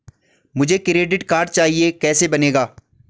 मुझे credit card चाहिए कैसे बनेगा?